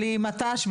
בלי מת"ש,